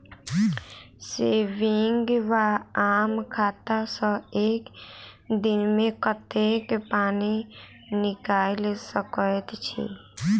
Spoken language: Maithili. सेविंग वा आम खाता सँ एक दिनमे कतेक पानि निकाइल सकैत छी?